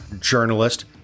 journalist